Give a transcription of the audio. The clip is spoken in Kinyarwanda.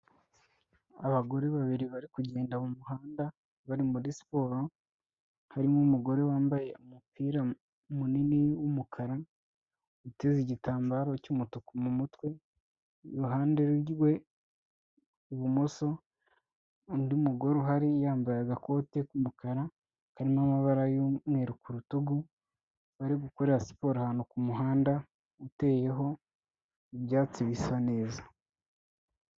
Abagore babiri bari kugenda mu muhanda bari muri siporo. Harimo umugore wambaye umupira munini w'umukara uteze igitambaro cy'umutuku mu mutwe. Iruhande rwe ibumoso undi mugore uhari yambaye agakote k'umukara karimo amabara y'umweru ku rutugu. Bari gukorera siporo ahantu ku muhanda uteyeho ibyatsi bisa neza.